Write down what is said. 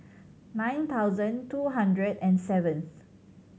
nine thousand two hundred and seventh